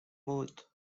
mode